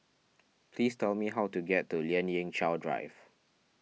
please tell me how to get to Lien Ying Chow Drive